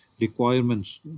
requirements